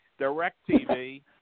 DirecTV